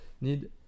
need